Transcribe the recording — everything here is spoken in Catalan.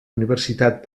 universitat